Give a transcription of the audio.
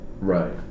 Right